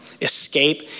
escape